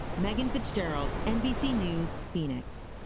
meagan fitzgerald, nbc news, phoenix.